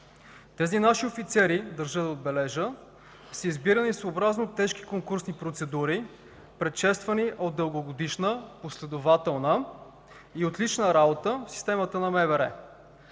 Тези наши офицери, държа да отбележа, са избирани съобразно тежки конкурсни процедури, предшествани от дългогодишна, последователна и отлична работа в системата на МВР.